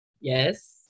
yes